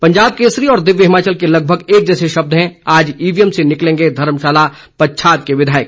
पंजाब केसरी और दिव्य हिमाचल के लगभग एक जैसे शब्द हैं आज ईवीएम से निकलेंगे धर्मशाला पच्छाद के विधायक